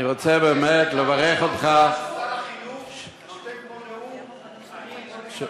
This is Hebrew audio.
אבל סגן שר החינוך נותן פה נאום 24 שעות,